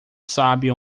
sabe